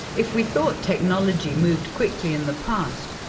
if we thought technology moved quickly in the past,